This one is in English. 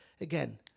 again